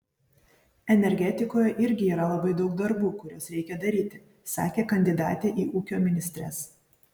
energetikoje irgi yra labai daug darbų kuriuos reikia daryti sakė kandidatė į ūkio ministres